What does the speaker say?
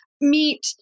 meet